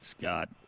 Scott